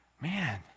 man